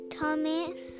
Thomas